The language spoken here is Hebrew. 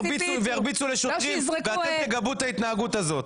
וירביצו לשוטרים ואתם תגבו את ההתנהגות הזאת.